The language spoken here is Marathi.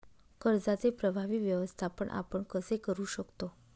कर्जाचे प्रभावी व्यवस्थापन आपण कसे करु शकतो?